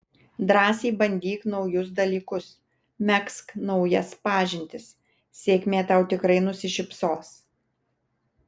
drąsiai bandyk naujus dalykus megzk naujas pažintis sėkmė tau tikrai nusišypsos